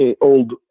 old